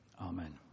Amen